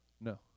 No